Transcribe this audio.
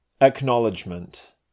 Acknowledgement